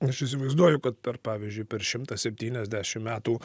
aš įsivaizduoju kad per pavyzdžiui per šimtą septyniasdešimt metų